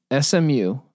SMU